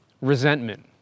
resentment